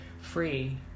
Free